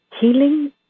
Healing